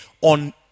on